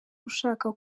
ushaka